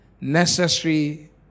necessary